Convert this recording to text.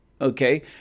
Okay